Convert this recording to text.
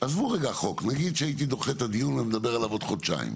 עזבו לרגע את החוק: נגיד שהייתי דוחה את הדיון ונדבר עליו בעוד חודשיים,